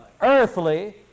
Earthly